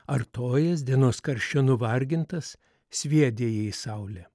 artojas dienos karščio nuvargintas sviedė jį į saulę